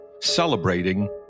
celebrating